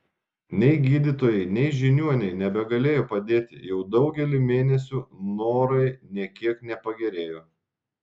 nei gydytojai nei žiniuoniai nebegalėjo padėti jau daugelį mėnesių norai nė kiek nepagerėjo